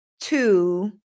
two